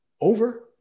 over